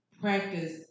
practice